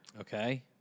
Okay